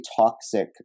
toxic